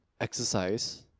exercise